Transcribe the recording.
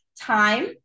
time